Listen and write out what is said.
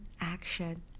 action